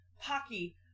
Pocky